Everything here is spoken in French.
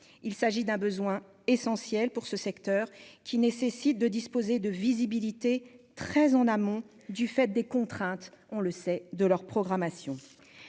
il s'agit d'un besoin essentiel pour ce secteur qui nécessite de disposer de visibilité très en amont du fait des contraintes, on le sait, de leur programmation